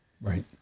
right